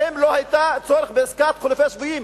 האם לא היה צורך בעסקת חילופי שבויים,